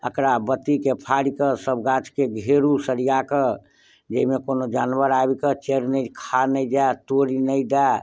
अकरा बत्तीके फाड़िकऽ सब गाछके घेरू सरिया कऽ जे एहिमे कोनो जानवर आबि कऽ चैर नहि खा नहि जायत तोरि नहि दए